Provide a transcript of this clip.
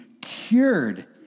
cured